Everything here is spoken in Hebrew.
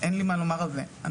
אין לי מה לומר על זה -- אוקי,